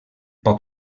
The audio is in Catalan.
poc